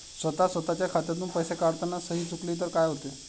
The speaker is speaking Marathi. स्वतः स्वतःच्या खात्यातून पैसे काढताना सही चुकली तर काय होते?